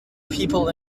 people